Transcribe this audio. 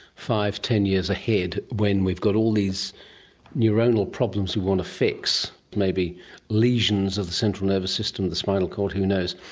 five, ten years ahead when we've got all these neuronal problems we want to fix, maybe lesions of the central nervous system, the spinal chord, who knows,